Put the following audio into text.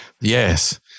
Yes